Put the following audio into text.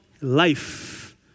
life